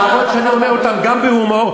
ברמות שאני אומר אותן גם בהומור,